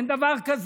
אין דבר כזה.